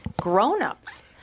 grown-ups